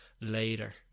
later